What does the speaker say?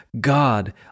God